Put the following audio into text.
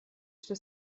что